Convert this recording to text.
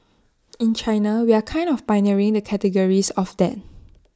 in China we are kind of pioneering the categories of that